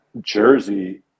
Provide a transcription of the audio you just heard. Jersey